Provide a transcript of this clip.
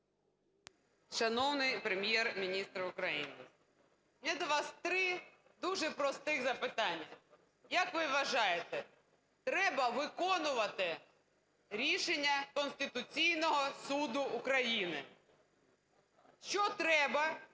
Шановний Прем’єр-міністр України, в мене до вас 3 дуже простих запитання. Як ви вважаєте, треба виконувати рішення Конституційного Суду України? Що треба